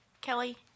Kelly